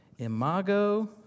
imago